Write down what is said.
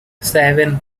seven